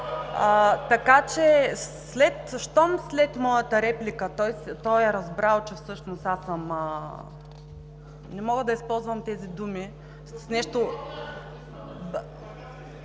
Така че щом след моята реплика той е разбрал, че всъщност аз съм – не мога да използвам тези думи… (Реплики